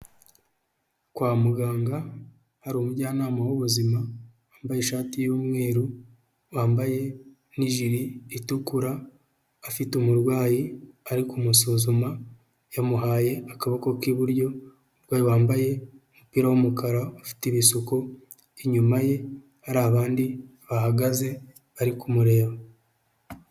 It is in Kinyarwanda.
Kwa muganga hari umujyanama w'ubuzima wambaye ishati y'umweru, wambaye n'ijiri itukura, afite umurwayi ari kumusuzuma, yamuhaye akaboko k'iburyo, umurwayi wambaye umupira w'umukara ufite ibisuko, inyuma ye hari abandi bahagaze bari kumureba.